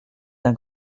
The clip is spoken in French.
d’un